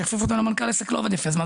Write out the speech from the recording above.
וכשהכפיפו אותם למנכ"ל העסק לא עבד יפה אז מה,